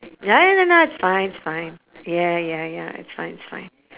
ya ya lah it's fine it's fine yeah yeah ya it's fine it's fine